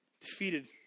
Defeated